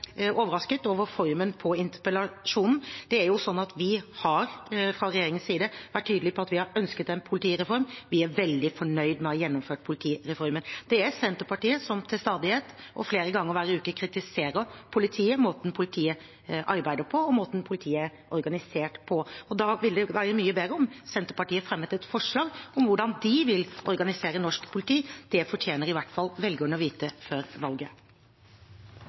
overrasket over formen på interpellasjonen. Det er slik at vi fra regjeringens side har vært tydelig på at vi har ønsket en politireform, og vi er veldig fornøyd med å ha gjennomført politireformen. Det er Senterpartiet som til stadighet og flere ganger hver uke kritiserer politiet – måten politiet arbeider på og måten politiet er organisert på. Da ville det være mye bedre om Senterpartiet fremmet et forslag om hvordan de vil organisere norsk politi. Det fortjener i hvert fall velgerne å få vite før valget.